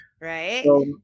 Right